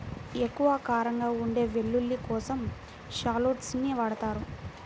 ఎక్కువ కారంగా ఉండే వెల్లుల్లి కోసం షాలోట్స్ ని వాడతారు